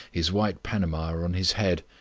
his white panama on his head.